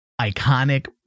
Iconic